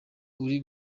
uri